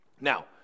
Now